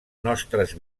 nostres